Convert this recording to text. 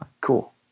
Cool